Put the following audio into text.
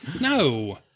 No